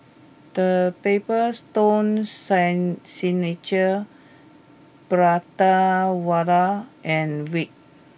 the Paper Stone San Signature Prata Wala and Veet